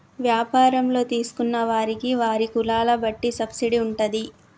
వ్యాపారంలో తీసుకున్న వారికి వారి కులాల బట్టి సబ్సిడీ ఉంటాది